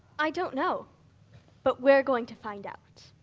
i don't know but we're going to find out.